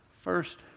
First